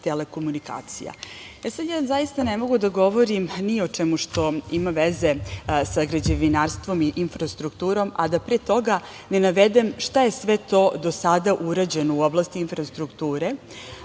i telekomunikacija. Sada zaista ne mogu da govorim ni o čemu što ima veze sa građevinarstvom i infrastrukturom, a da pre toga ne navedem šta je sve to do sada urađeno u oblasti infrastrukture.